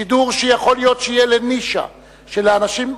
שידור שיכול להיות שיהיה לנישה של אנשים,